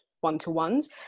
one-to-ones